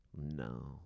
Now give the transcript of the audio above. No